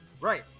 Right